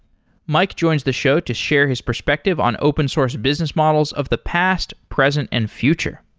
mike joins the show to share his perspective on open-source business models of the past, present and future.